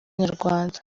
nyarwanda